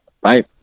bye